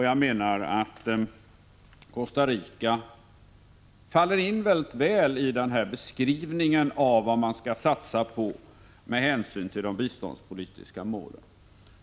Jag menar att Costa Rica faller mycket väl in i beskrivningen av vad man skall satsa på med hänsyn till de biståndspolitiska målen.